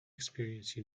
experience